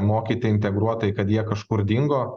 mokyti integruotai kad jie kažkur dingo